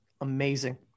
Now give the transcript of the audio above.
Amazing